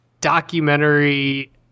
documentary